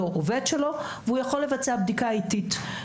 עובד שלו והוא יכול לבצע בדיקה איטית.